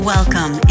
Welcome